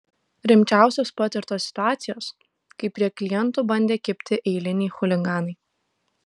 rimčiausios patirtos situacijos kai prie klientų bandė kibti eiliniai chuliganai